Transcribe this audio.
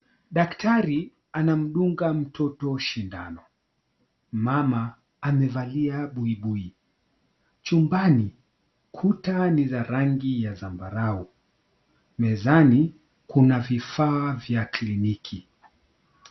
Daktari anamdunga mtoto sindano. Mama amevalia buibui. Chumbani, ukuta ni za rangi ya zambarau. Mezani, kuna vifaa vya kliniki.